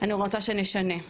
אני רוצה שנשנה.